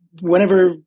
whenever